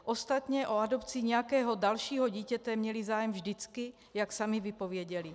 Ostatně o adopci nějakého dalšího dítěte měli zájem vždycky, jak sami vypověděli.